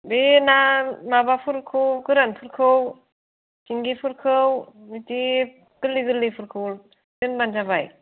बे ना माबाफोरखौ गोरानफोरखौ सिंगिफोरखौ बिदि गोरलै गोरलैफोरखौ दोनबानो जाबाय